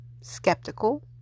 skeptical